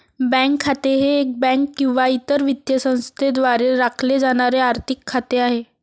bank खाते हे bank किंवा इतर वित्तीय संस्थेद्वारे राखले जाणारे आर्थिक खाते आहे